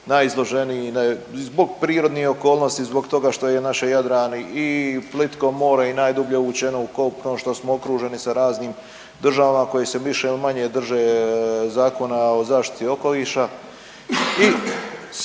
najizloženiji zbog prirodnih okolnosti, zbog toga što je naš Jadran i plitko more i najdublje uvučeno u kopno što smo okruženi sa raznim državama koje se više-manje drže Zakona o zaštiti okoliša